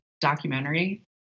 documentary